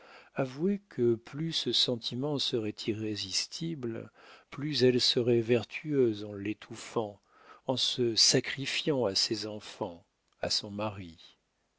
avouez que plus ce sentiment serait irrésistible plus elle serait vertueuse en l'étouffant en se sacrifiant à ses enfants à son mari